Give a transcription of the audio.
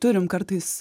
turim kartais